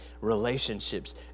relationships